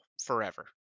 forever